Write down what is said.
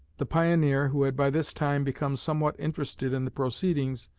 the pioneer, who had by this time become somewhat interested in the proceedings,